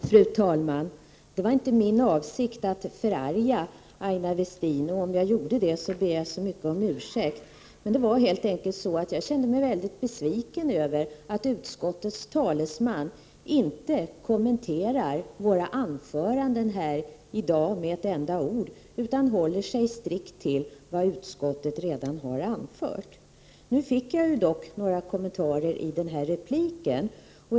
Fru talman! Det var inte min avsikt att förarga Aina Westin. Om jag gjorde det, ber jag om ursäkt. Jag kände mig helt enkelt väldigt besviken över att utskottets talesman inte kommenterade våra anföranden med ett enda ord utan höll sig strikt till vad utskottet redan anfört. Nu fick jag dock några kommentarer i repliken.